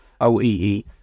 OEE